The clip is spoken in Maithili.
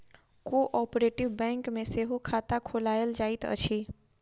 कोऔपरेटिभ बैंक मे सेहो खाता खोलायल जाइत अछि